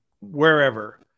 wherever